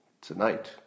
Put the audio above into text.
tonight